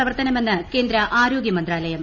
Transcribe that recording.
പ്രവർത്തനമെന്ന് കേന്ദ്ര ആർോഗൃമന്താലയം